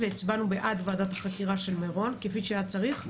והצבענו בעד ועדת החקירה של מירון כפי שהיה צריך.